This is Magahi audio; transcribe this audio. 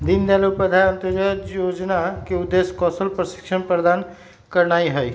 दीनदयाल उपाध्याय अंत्योदय जोजना के उद्देश्य कौशल प्रशिक्षण प्रदान करनाइ हइ